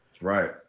Right